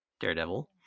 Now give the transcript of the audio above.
Daredevil